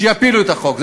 שיפילו את החוק,